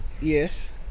Yes